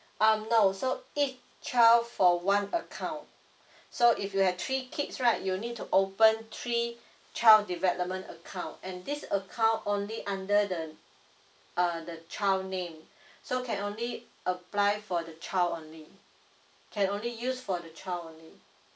um no so each child for one account so if you have three kids right you need to open three child development account and this account only under the uh the child name so can only apply for the child only can only use for the child only